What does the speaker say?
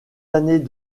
années